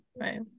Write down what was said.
right